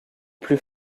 plus